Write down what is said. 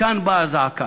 מכאן באה הזעקה.